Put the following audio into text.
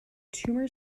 tumor